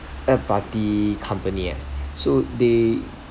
third party company eh so they